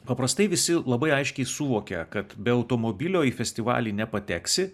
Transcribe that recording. paprastai visi labai aiškiai suvokia kad be automobilio į festivalį nepateksi